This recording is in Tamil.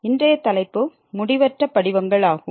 இன்றைய தலைப்பு முடிவற்ற படிவங்கள் ஆகும்